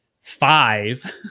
five